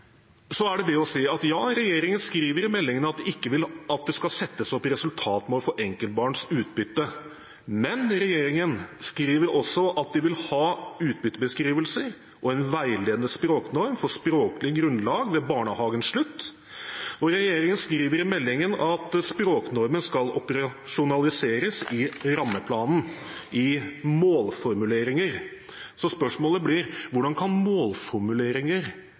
så vidt også Kristelig Folkeparti, har misforstått hva som egentlig ligger i dette, er det det å si at regjeringen skriver i meldingen at de ikke vil at det skal settes opp resultatmål for enkeltbarns utbytte, men de skriver også at de vil ha utbyttebeskrivelser og en veiledende språknorm for språklig grunnlag ved barnehagens slutt, og at språknormen skal operasjonaliseres i rammeplanen i målformuleringer. Så spørsmålet blir: Hvordan kan målformuleringer